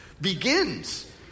begins